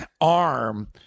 arm